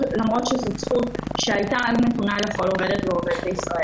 למרות שזו זכות שהייתה אז נתונה לכל עובדת בישראל.